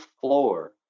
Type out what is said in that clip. floor